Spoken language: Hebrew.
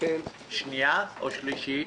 שנייה או שלישית?